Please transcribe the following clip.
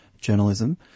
journalism